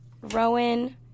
rowan